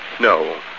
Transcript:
No